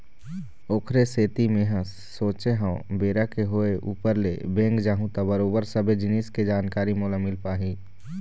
ओखरे सेती मेंहा सोचे हव बेरा के होय ऊपर ले बेंक जाहूँ त बरोबर सबे जिनिस के जानकारी मोला मिल पाही